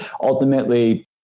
Ultimately